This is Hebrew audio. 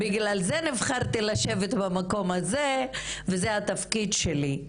בגלל זה נבחרתי לשבת במקום הזה וזה התפקיד שלי,